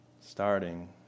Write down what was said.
starting